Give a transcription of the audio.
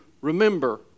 remember